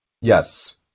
Yes